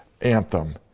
anthem